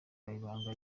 y’ibanga